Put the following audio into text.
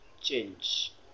change